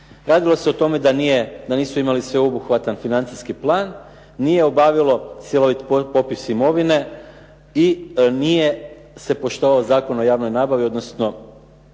Radilo se o tome da nisu imali sveobuhvatan financijski plan, nije obavilo cjelovit popis imovine i nije se poštovao Zakon o javnoj nabavi, odnosno